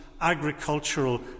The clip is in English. agricultural